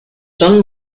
john